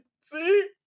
See